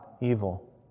evil